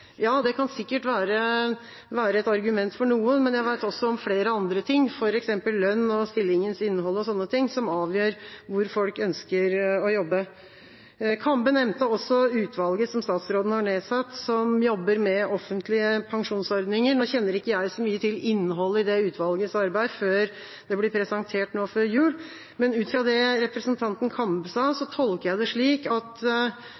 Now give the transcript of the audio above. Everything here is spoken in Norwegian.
Ja, det kan sikkert være et argument for noen, men jeg har også hørt om flere andre ting, f.eks. lønn og stillingens innhold osv., som avgjør hvor folk ønsker å jobbe. Representanten Kambe nevnte også utvalget som statsråden har nedsatt, som jobber med offentlige pensjonsordninger. Nå kjenner ikke jeg så mye til innholdet i det utvalgets arbeid før det blir presentert nå før jul, men ut fra det som representanten Kambe sa, tolker jeg det slik at